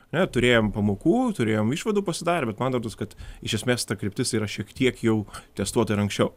ar ne turėjom pamokų turėjom išvadų pasidarę bet man rodos kad iš esmės ta kryptis yra šiek tiek jau testuota ir anksčiau